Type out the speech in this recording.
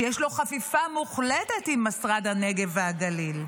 שיש לו חפיפה מוחלטת עם משרד הנגב והגליל.